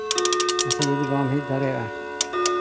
ᱟᱪᱪᱷᱟ ᱡᱩᱫᱤ ᱵᱟᱢ ᱦᱮᱡ ᱫᱟᱲᱮᱭᱟᱜᱼᱟ